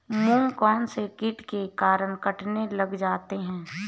मूंग कौनसे कीट के कारण कटने लग जाते हैं?